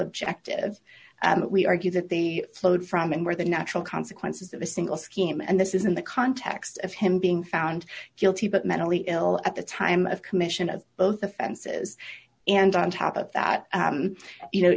objective we argue that they flowed from and where the natural consequences of a single scheme and this is in the context of him being found guilty but mentally ill at the time of commission of both offenses and on top of that you know